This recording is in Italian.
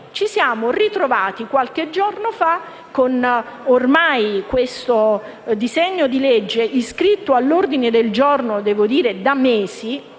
ci siamo ritrovati qualche giorno fa, con questo disegno di legge iscritto all'ordine del giorno dell'Aula da mesi,